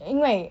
因为